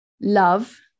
love